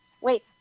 Wait